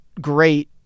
great